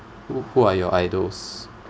who who are your idols